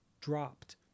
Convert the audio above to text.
dropped